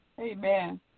Amen